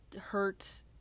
hurt